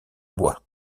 bois